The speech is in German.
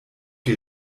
die